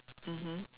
mmhmm